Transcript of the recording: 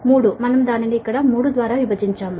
3 మనం దానిని ఇక్కడ 3 ద్వారా విభజించాము